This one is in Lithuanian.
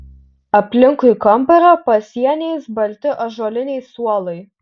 aplinkui kambario pasieniais balti ąžuoliniai suolai